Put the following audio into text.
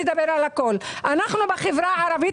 אדבר כבר על הכול - אנחנו בחברה הערבית